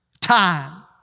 time